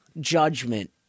judgment